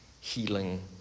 healing